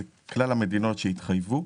זה כלל המדינות שהתחייבו.